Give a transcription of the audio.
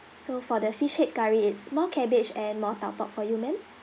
so for the fish head curry it's more cabbage and more tau pok for you ma'am